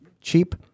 cheap